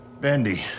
bendy